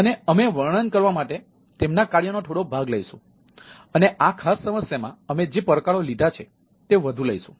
અને અમે વર્ણન કરવા માટે તેમના કાર્યનો થોડો ભાગ લઈશું અને આ ખાસ સમસ્યામાં અમે જે પડકારો લીધા છે તે વધુ લઈશું